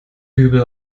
dübel